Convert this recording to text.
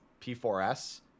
P4S